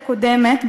קודמת,